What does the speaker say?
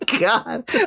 god